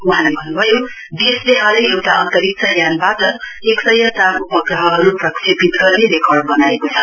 वहाँले भन्नुभयो देशले हालै एउटा अन्तरिक्ष यानबाट एक सय चार उपग्रहहरु प्रक्षेपित गर्ने रेकर्ड बनाएको छ